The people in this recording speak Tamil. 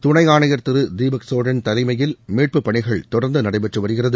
துணை ஆணையர் திரு தீபச் சோழன் தலைமையில் மீட்பு பணிகள் தொடர்ந்து நடைபெற்று வருகிறது